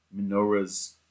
menorahs